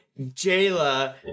Jayla